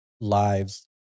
lives